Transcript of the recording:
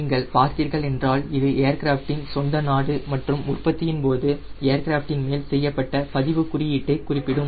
நீங்கள் பார்த்தீர்கள் என்றால் இது ஏர்கிராஃப்டின் சொந்த நாடு மற்றும் உற்பத்தியின் போது ஏர்கிராஃப்டின் மேல் செய்யப்பட்ட பதிவு குறியீட்டை குறிப்பிடும்